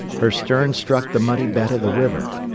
her stern struck the muddy bed of the river,